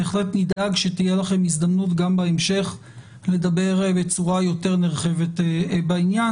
בהחלט נדאג שתהיה לכם הזדמנות גם בהמשך לדבר בצורה יותר נרחבת בעניין,